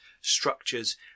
structures